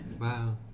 Wow